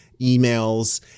emails